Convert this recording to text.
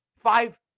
five